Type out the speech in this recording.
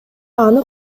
аны